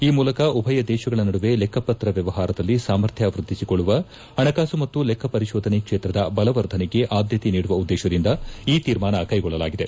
ಈ ಮೂಲಕ ಉಭಯ ದೇಶಗಳ ನಡುವೆ ಲೆಕ್ಕ ಪತ್ರ ವ್ಯವಹಾರದಲ್ಲಿ ಸಾಮರ್ಥ್ಯ ವ್ವದ್ಲಿಸಿಕೊಳ್ಳುವ ಹಣಕಾಸು ಮತ್ತು ಲೆಕ್ಸ ಪರಿಶೋಧನೆ ಕ್ಷೇತ್ರದ ಬಲವರ್ಧನೆಗೆ ಆದ್ಯತೆ ನೀಡುವ ಉದ್ದೇಶದಿಂದ ಈ ತೀರ್ಮಾನ ಕ್ಷೆಗೊಳ್ಳಲಾಗಿದೆ